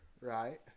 right